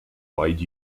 wide